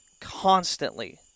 constantly